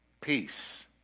peace